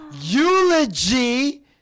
eulogy